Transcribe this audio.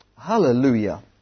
Hallelujah